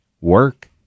Work